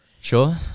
Sure